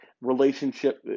relationship